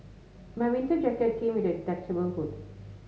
my winter jacket came with a detachable hood